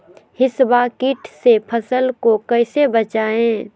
हिसबा किट से फसल को कैसे बचाए?